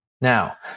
Now